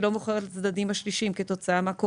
לא מוכרת לצדדים השלישיים כתוצאה מן הקורונה,